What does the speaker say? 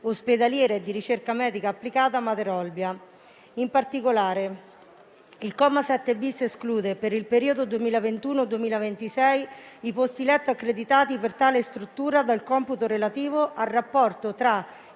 ospedaliera e di ricerca medica applicata Mater Olbia. In particolare, il comma 7-*bis* esclude per il periodo 2021-2026 i posti letto accreditati per tale struttura dal computo relativo al rapporto tra il